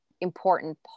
important